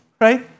right